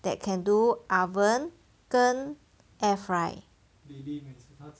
that can do oven 跟 air fry